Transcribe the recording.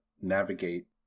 navigate